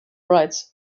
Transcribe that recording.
rights